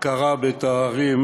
הכרה בתארים